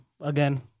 again